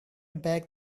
back